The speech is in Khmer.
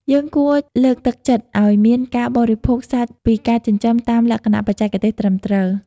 យើងគួរលើកទឹកចិត្តឱ្យមានការបរិភោគសាច់ពីការចិញ្ចឹមតាមលក្ខណៈបច្ចេកទេសត្រឹមត្រូវ។